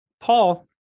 Paul